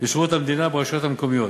בשירות המדינה וברשויות המקומיות.